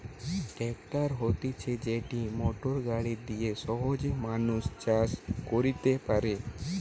tractor হতিছে যেটি motor গাড়ি দিয়া সহজে মানুষ চাষ কইরতে পারে